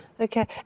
Okay